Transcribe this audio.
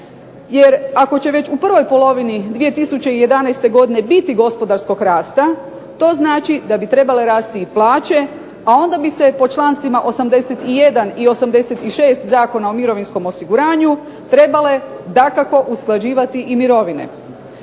Jer ako će već u prvoj polovini 2011. godine biti gospodarskog rasta, to znači da bi trebale rasti i plaće, a onda bi se po člancima 81. i 86. Zakona o mirovinskom osiguranju trebale dakako usklađivati i mirovine.